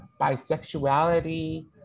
bisexuality